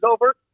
over